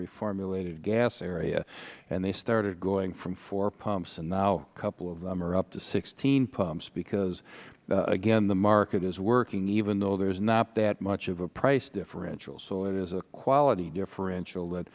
nonreformulated gas area and they started going from four pumps and now a couple of them are up to sixteen pumps because again the market is working even though there is not that much of a price differential so it is a quality differential that